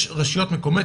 יש רשויות מקומיות,